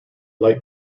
light